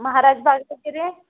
महाराज बाग तर फिरूया